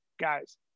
guys